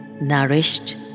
nourished